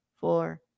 four